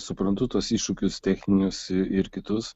suprantu tuos iššūkius techninius ir kitus